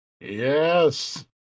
Yes